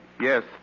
Yes